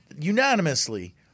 unanimously